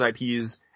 IPs